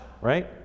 right